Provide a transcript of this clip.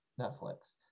Netflix